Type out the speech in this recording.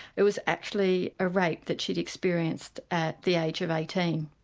it was actually a rape that she'd experienced at the age of eighteen.